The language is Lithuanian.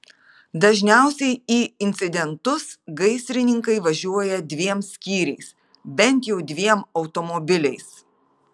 dažniausiai į incidentus gaisrininkai važiuoja dviem skyriais bent jau dviem automobiliais